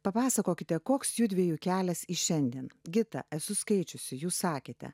papasakokite koks judviejų kelias į šiandien gita esu skaičiusi jūs sakėte